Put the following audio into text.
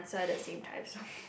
so other team right